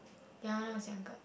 ya lah I was younger